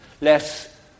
less